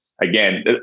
again